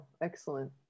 excellent